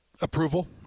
approval